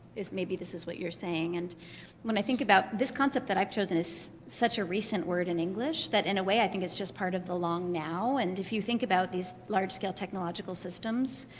maybe this is what you're saying. and when i think about this concept that i've chosen, it's such a recent word in english that, in a way, i think it's just part of the long now. and if you think about these large scale technological systems,